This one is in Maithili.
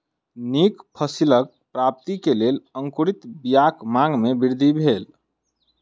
नीक फसिलक प्राप्ति के लेल अंकुरित बीयाक मांग में वृद्धि भेल